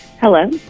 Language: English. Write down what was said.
Hello